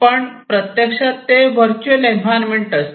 पण प्रत्यक्षात ते व्हर्च्युअल एन्व्हायरमेंट असते